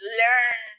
learn